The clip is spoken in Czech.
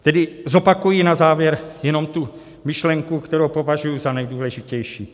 Tedy zopakuji na závěr jenom tu myšlenku, kterou považuju za nejdůležitější.